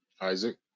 Isaac